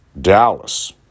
Dallas